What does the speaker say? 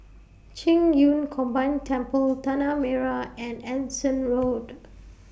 Qing Yun Combined Temple Tanah Merah and Anson Road